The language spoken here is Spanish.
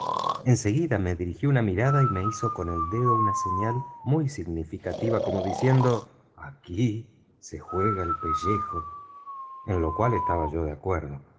en seguida me dirigió una mirada y me hizo con el dedo una señal muy significativa como diciendo aquí se juega el pellejo en lo cual estaba yo de acuerdo